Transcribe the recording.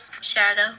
Shadow